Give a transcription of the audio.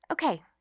Okay